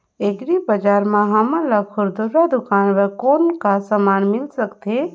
Agri बजार म हमन ला खुरदुरा दुकान बर कौन का समान मिल सकत हे?